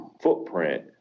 footprint